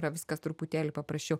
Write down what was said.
yra viskas truputėlį paprasčiau